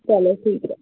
چلو ٹھیک ہے